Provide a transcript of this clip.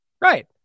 Right